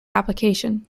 application